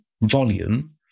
volume